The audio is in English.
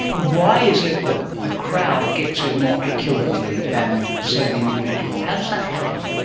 why is it that the crowd gets it more accurately than, say, the individual, how does that happen?